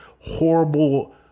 horrible